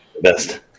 Best